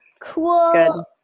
Cool